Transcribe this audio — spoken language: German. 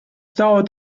dauert